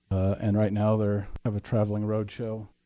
and right now they're of a traveling roadshow,